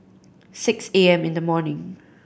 six A M in the morning